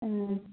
ꯎꯝ